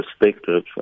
perspective